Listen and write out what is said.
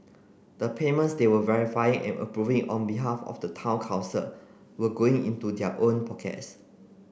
the payments they were verifying and approving on behalf of the town council were going into their own pockets